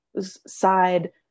side